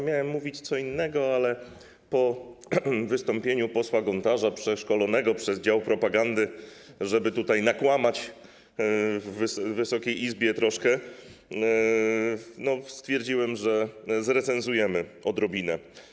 Miałem mówić co innego, ale po wystąpieniu posła Gontarza, przeszkolonego przez dział propagandy, żeby tutaj troszkę nakłamać Wysokiej Izbie, stwierdziłem, że zrecenzujemy to odrobinę.